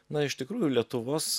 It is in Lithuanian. na iš tikrųjų lietuvos